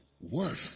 worth